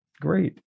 great